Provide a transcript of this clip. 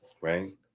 right